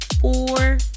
four